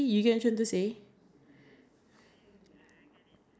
I don't know I think it's like I think I prefer other questions because